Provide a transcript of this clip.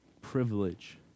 privilege